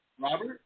Robert